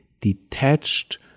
detached